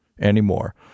anymore